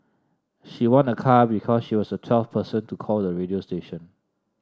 she won a car because she was the twelfth person to call the radio station